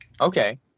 Okay